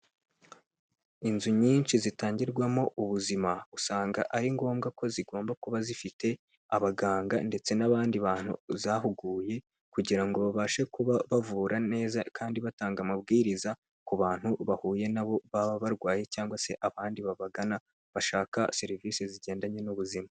Inzu nyinshi zitangirwamo ubuzima, usanga ari ngombwa ko zigomba kuba zifite abaganga ndetse n'abandi bantu zahuguye kugira ngo babashe kuba bavura neza kandi batanga amabwiriza ku bantu bahuye na bo baba barwaye cyangwa se abandi babagana, bashaka serivisi zigendanye n'ubuzima.